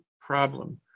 problem